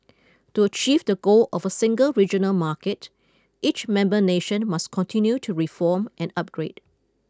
to achieve the goal of a single regional market each member nation must continue to reform and upgrade